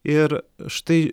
ir štai